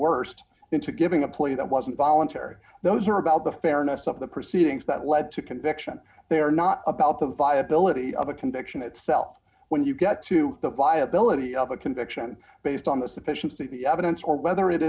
giving a plea that wasn't voluntary those are about the fairness of the proceedings that lead to conviction they are not about the viability of a conviction itself when you get to the viability of a conviction based on the sufficiency of the evidence or whether it